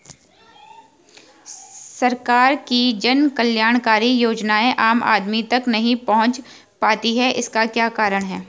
सरकार की जन कल्याणकारी योजनाएँ आम आदमी तक नहीं पहुंच पाती हैं इसका क्या कारण है?